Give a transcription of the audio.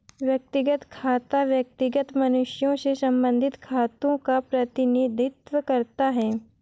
व्यक्तिगत खाता व्यक्तिगत मनुष्यों से संबंधित खातों का प्रतिनिधित्व करता है